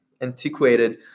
antiquated